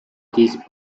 these